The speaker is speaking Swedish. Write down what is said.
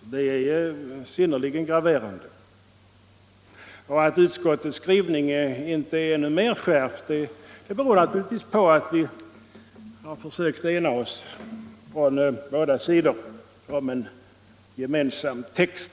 Detta är synnerligen graverande. Att utskottets skrivning inte är ännu skarpare beror naturligtvis på att vi på båda sidor har försökt ena oss om en gemensam text.